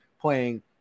playing